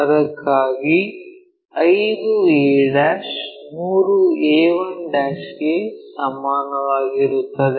ಅದಕ್ಕಾಗಿ 5 a 3 a1 ಗೆ ಸಮಾನವಾಗಿರುತ್ತದೆ